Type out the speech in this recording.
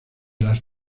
las